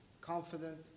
confident